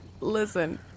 Listen